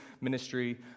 ministry